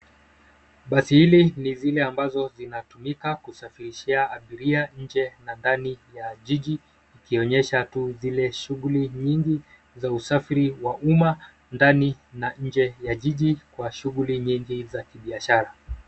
Basi hili ni zile ambazo zinatumika kusafirishia abiria nje na ndani ya jiji. Ikionyesha tu zile shughuli nyingi za usafiri wa umma ndani na nje ya jiji. Kwa shughuli nyingi za kibiashara.